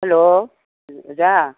hello ꯑꯣꯖꯥ